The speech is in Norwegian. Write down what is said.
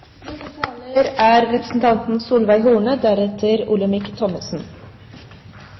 Neste taler er Olemic Thommessen.